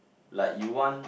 like you want